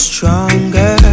Stronger